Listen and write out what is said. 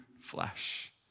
flesh